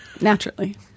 Naturally